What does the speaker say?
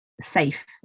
safe